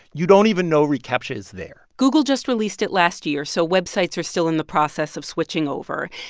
you don't even know recaptcha is there google just released it last year, so websites are still in the process of switching over.